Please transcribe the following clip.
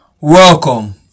welcome